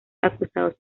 acusados